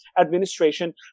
administration